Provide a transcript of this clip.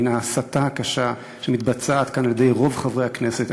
מן ההסתה הקשה שמתבצעת כאן על-ידי רוב חברי הכנסת.